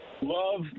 Love